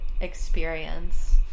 experience